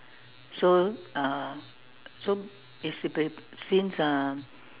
so uh so it's been since um